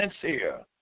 sincere